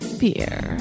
beer